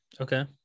Okay